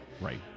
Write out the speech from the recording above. Right